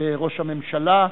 לראש הממשלה,